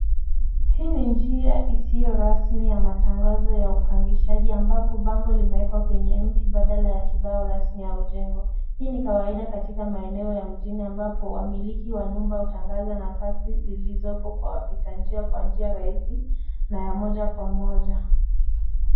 Hii ni njia isiyo rasmi ya matangazo ya uapangishaji ambapo bango limewekwa kwenye mti badala ya kibao rasmi au jengo. Hii ni kawaida katika maeneo ya mjini ambapo wamiliki wa nyumba hutangaza nafasi zilizopo kwa wapitanjia kwa njia rahisi na ya moja kwa moja.